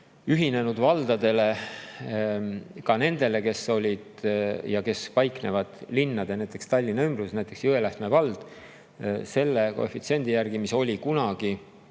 ühinenud valdadele, ka nendele, mis paiknevad linnade, näiteks Tallinna ümbruses. Näiteks Jõelähtme vald: see koefitsient, mis oli kunagi